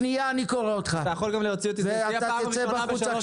אני קורא אותך לסדר בפעם הראשונה.